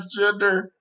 transgender